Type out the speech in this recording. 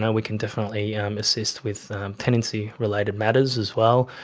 and we can definitely um assist with tenancy related matters as well.